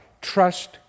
Trust